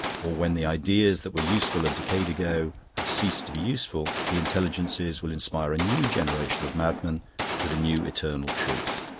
or when the ideas that were useful a decade ago have ceased to be useful, the intelligences will inspire a new generation of madmen with a new eternal truth.